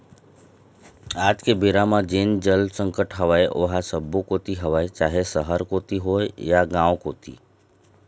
आज के बेरा म जेन जल संकट हवय ओहा सब्बो कोती हवय चाहे सहर कोती होय या गाँव कोती